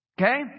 Okay